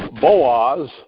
Boaz